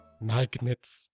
Magnets